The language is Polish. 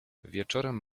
wieczorem